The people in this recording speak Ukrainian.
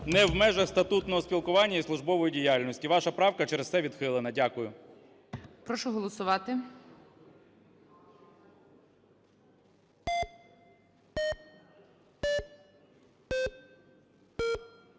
не в межах статутного спілкування і службової діяльності. Ваша правка через це відхилена. Дякую. ГОЛОВУЮЧИЙ. Прошу голосувати.